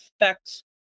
effect